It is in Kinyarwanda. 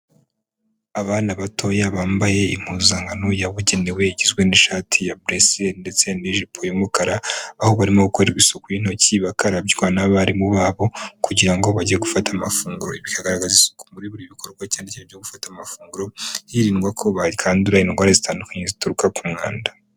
Abana batoya bambaye impuzankano yabugenewe igizwe n'ishati ya buresiyeri ndetse n'ijipo y'umukara, aho barimo gukora isuku y'intoki bakarabywa n'abarimu babo kugira ngo bajye gufata amafunguro, ibi bikagaragaza isuku muri buri gikorwa cyane cyane cyo gufata amafunguro hirindwa ko bakandura indwara zitandukanye zituruka ku mwanda.